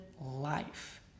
life